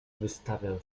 wystawiał